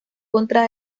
contra